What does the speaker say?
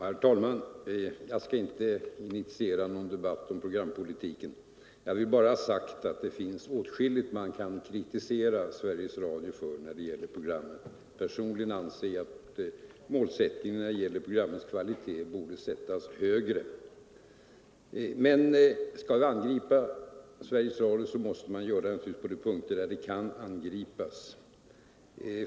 Herr talman! Jag skall inte initiera någon debatt om programpolitiken. Jag vill bara ha sagt att det finns åtskilligt som man kan kritisera Sveriges Radio för när det gäller programmen. Personligen anser jag att målsättningen för programmens kvalitet borde sättas högre. Men skall vi angripa Sveriges Radio, så måste vi naturligtvis göra det på punkter där företaget kan angripas.